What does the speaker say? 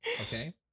okay